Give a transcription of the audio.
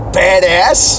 badass